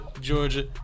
Georgia